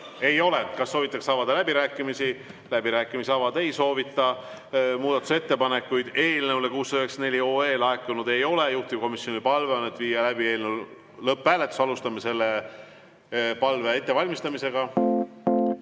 ei ole. Kas soovitakse avada läbirääkimisi? Läbirääkimisi avada ei soovita. Muudatusettepanekuid eelnõu 694 kohta laekunud ei ole. Juhtivkomisjoni palve on viia läbi eelnõu lõpphääletus. Alustame selle ettevalmistamist.